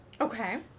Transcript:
Okay